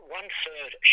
one-third